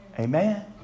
Amen